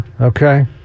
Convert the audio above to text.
Okay